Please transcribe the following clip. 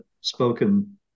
spoken